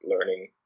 learning